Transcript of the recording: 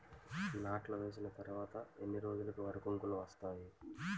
నాట్లు వేసిన తర్వాత ఎన్ని రోజులకు వరి కంకులు వస్తాయి?